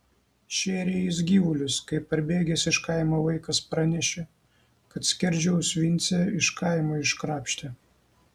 šėrė jis gyvulius kai parbėgęs iš kaimo vaikas pranešė kad skerdžiaus vincę iš kaimo iškrapštė